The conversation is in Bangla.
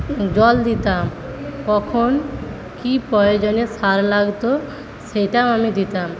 জল দিতাম কখন কি প্রয়োজনে সার লাগতো সেটাও আমি দিতাম